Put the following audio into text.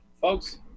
Folks